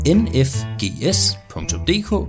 nfgs.dk